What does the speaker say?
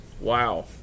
Wow